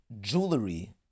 jewelry